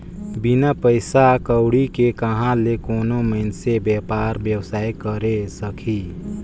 बिन पइसा कउड़ी के कहां ले कोनो मइनसे बयपार बेवसाय करे सकही